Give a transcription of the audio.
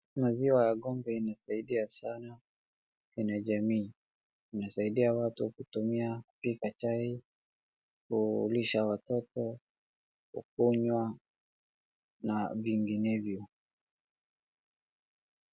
Maziwa ya ng'ombe inasaidia sana kwenye jamii. Inasaidia watu wakitumia kupika chai, kulisha watoto, kukunywa na vinginevyo.